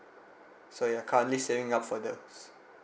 so ya currently saving up for the